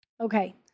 Okay